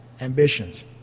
ambitions